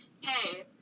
hey